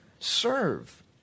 serve